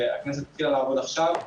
והכנסת התחילה לעבוד עכשיו.